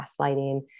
gaslighting